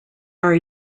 are